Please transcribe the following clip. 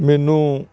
ਮੈਨੂੰ